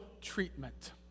treatment